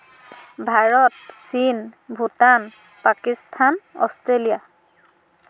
ভাৰত চীন ভূটান পাকিস্তান অষ্ট্ৰেলিয়া